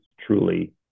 truly